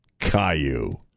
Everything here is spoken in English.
Caillou